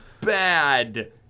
bad